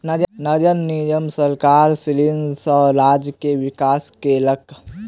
नगर निगम सरकारी ऋण सॅ राज्य के विकास केलक